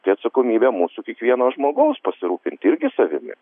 tai atsakomybė mūsų kiekvieno žmogaus pasirūpint irgi savimi